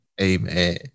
Amen